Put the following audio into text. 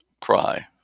cry